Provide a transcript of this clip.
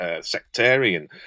sectarian